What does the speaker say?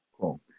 Cool